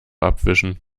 abwischen